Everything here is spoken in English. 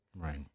Right